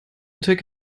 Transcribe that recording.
take